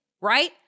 right